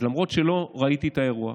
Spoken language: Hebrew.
אז למרות שלא ראיתי את האירוע,